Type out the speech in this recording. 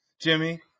Jimmy